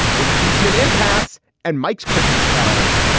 impeachment impass and mykes christmas carols.